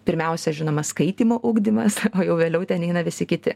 pirmiausia žinoma skaitymo ugdymas o jau vėliau ten eina visi kiti